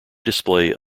display